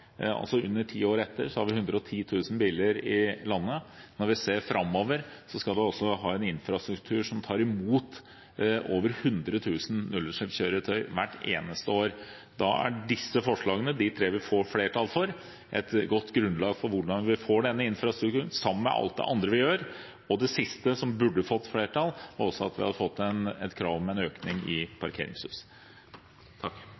landet. Når vi ser framover, skal vi altså ha en infrastruktur som tar imot over 100 000 nullutslippskjøretøy hvert eneste år. Da er disse forslagene – de tre vi får flertall for – et godt grunnlag for hvordan vi får denne infrastrukturen, sammen med alt det andre vi gjør. Det som også burde fått flertall, er at vi også hadde fått et krav om økning i